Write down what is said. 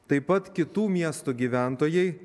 taip pat kitų miestų gyventojai